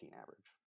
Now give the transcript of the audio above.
average